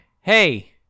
hey